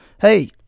Hey